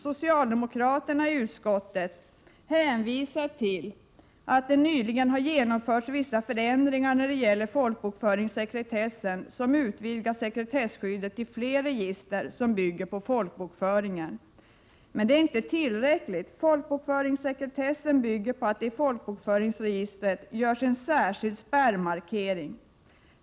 Socialdemokraterna i utskottet hänvisar till att det nyligen har genomförts vissa ändringar när det gäller folkbokföringssekretessen som utvidgat sekretesskyddet till fler register som bygger på folkbokföringen. Men detta är inte tillräckligt. Folkbokföringssekretessen bygger på att det i folkbokföringsregistret görs en särskild spärrmarkering.